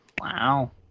Wow